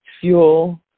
fuel